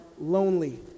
lonely